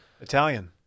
Italian